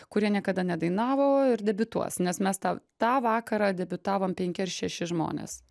kurie niekada nedainavo ir debiutuos nes mes tą tą vakarą debiutavom penki ar šeši žmonės